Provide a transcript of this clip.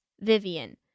Vivian